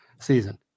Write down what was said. season